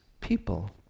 people